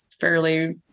fairly